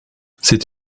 cette